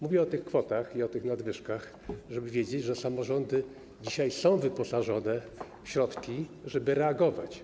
Mówię o tych kwotach i o tych nadwyżkach, żeby powiedzieć, że samorządy dzisiaj są wyposażone w środki na to, żeby reagować.